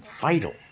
vital